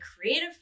creative